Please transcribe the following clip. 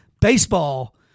Baseball